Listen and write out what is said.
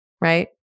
right